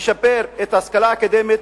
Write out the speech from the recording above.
ישפר את ההשכלה האקדמית,